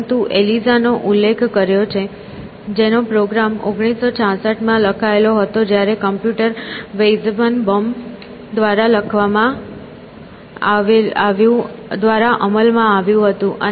પરંતુ તમે એલિઝા નો ઉલ્લેખ કર્યો છે જેનો પ્રોગ્રામ 1966 માં લખાયેલ હતો જ્યારે કમ્પ્યુટર વૈઝનબમ દ્વારા અમલમાં આવ્યું હતું